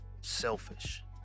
selfish